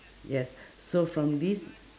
yes so from this